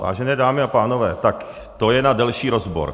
Vážené dámy a pánové, tak to je na delší rozbor.